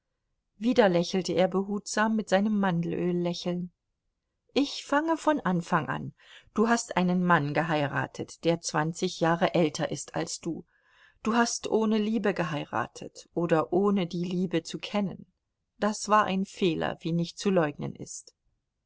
wieder lächelte er behutsam mit seinem mandelöl lächeln ich fange von anfang an du hast einen mann geheiratet der zwanzig jahre älter ist als du du hast ohne liebe geheiratet oder ohne die liebe zu kennen das war ein fehler wie nicht zu leugnen ist